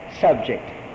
subject